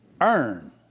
Earn